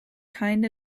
kind